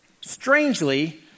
Strangely